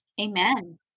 Amen